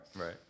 Right